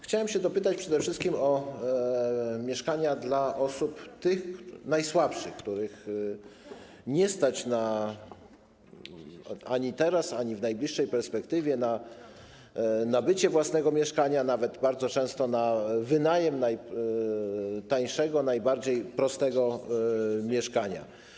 Chciałem się dopytać przede wszystkim o mieszkania dla osób najsłabszych, których nie stać ani teraz, ani w najbliżej perspektywie na nabycie własnego mieszkania, nawet bardzo często na wynajem, najtańszego, najbardziej prostego mieszkania.